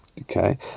okay